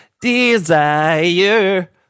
desire